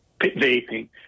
vaping